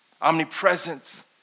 Omnipresent